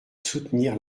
soutenir